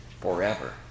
forever